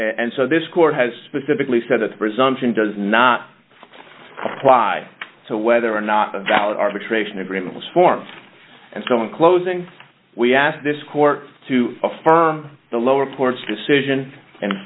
and so this court has specifically said that the presumption does not apply to whether or not a valid arbitration agreement was formed and so in closing we ask this court to affirm the lower court's decision and